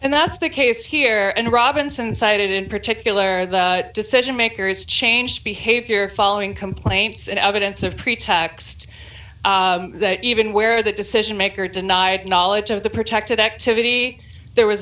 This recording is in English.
and that's the case here and robinson cited in particular the decision makers changed behavior following complaints and evidence of pretexts even where the decision maker denied knowledge of the protected activity there was